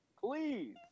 Please